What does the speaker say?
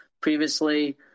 previously